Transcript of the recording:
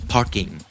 Parking